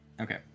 Okay